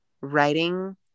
writing